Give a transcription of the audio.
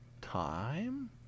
Time